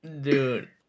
Dude